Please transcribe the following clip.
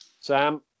Sam